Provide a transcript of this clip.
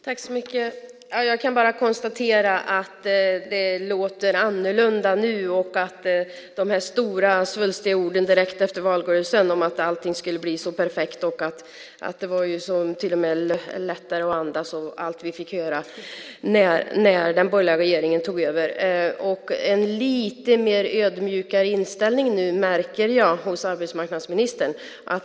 Herr talman! Jag kan bara konstatera att det nu låter annorlunda än med de stora svulstiga orden efter valrörelsen om att allting skulle bli så perfekt. Det skulle till och med bli lättare att andas med allt annat som vi fick höra när den borgerliga regeringen tog över. Jag märker nu en lite mer ödmjuk inställning hos arbetsmarknadsministern.